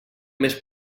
més